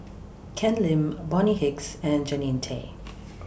Ken Lim Bonny Hicks and Jannie Tay